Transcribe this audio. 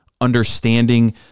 understanding